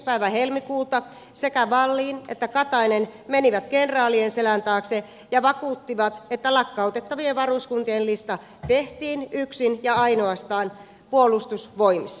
päivä helmikuuta sekä wallin että katainen menivät kenraalien selän taakse ja vakuuttivat että lakkautettavien varuskuntien lista tehtiin yksin ja ainoastaan puolustusvoimissa